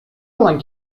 alan